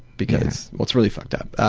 because, it's really fucked up,